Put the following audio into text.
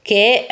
che